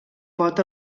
pot